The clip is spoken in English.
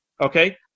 okay